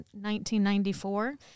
1994